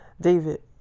David